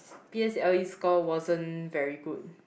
P_S_L_E score wasn't very good